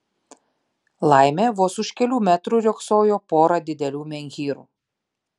laimė vos už kelių metrų riogsojo pora didelių menhyrų